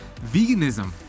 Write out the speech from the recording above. veganism